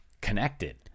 connected